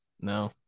No